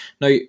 Now